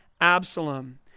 Absalom